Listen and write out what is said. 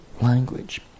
language